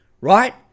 right